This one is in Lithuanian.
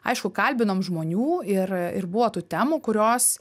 aišku kalbinom žmonių ir ir buvo tų temų kurios